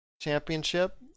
championship